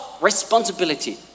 responsibility